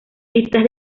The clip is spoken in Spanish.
estas